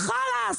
חלאס.